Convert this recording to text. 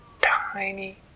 tiny